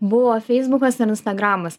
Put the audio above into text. buvo feisbukas ir instagramas